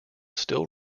still